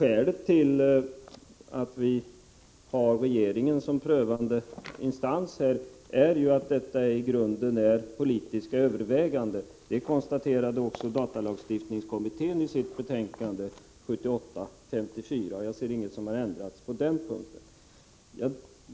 Skälet till att vi har regeringen som prövande instans är att det i grunden handlar om politiska överväganden. Det konstaterade också datalagstiftningskommittén i sitt betänkande 1978:54. Jag ser ingenting som har ändrats på den punkten.